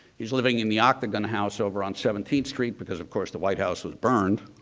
he's living in the octagon house over on seventeenth street because of course, the white house was burned.